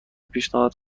پیشنهاد